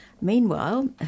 Meanwhile